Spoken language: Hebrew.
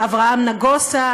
אברהם נגוסה,